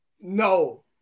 No